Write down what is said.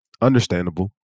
understandable